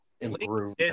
Improve